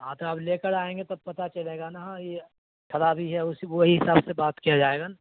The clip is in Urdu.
ہاں تو آپ لے کر آئیں گے تب پتہ چلے گا نا ہاں یہ کھرابی ہے اس وہی حساب سے بات کیا جائے گا